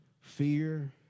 fear